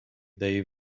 they